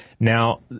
Now